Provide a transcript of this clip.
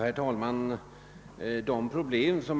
Herr talman!